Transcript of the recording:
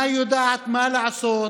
הממשלה, שרי הממשלה, אינה יודעת מה לעשות,